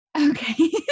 okay